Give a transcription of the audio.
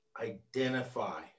identify